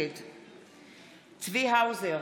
נגד צבי האוזר,